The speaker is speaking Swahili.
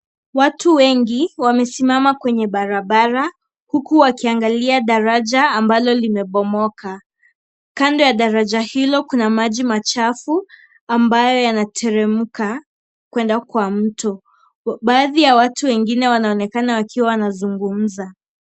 Watu wengi wamesimama kwenye barabara, huku wakiangalia daraja ambalo limebomoka. Kando ya daraja hilo kuna maji machafu, ambayo yanateremka kwenda kwa mto. Baadhi ya watu wengine wanaonekana wakiwa wanazungumza.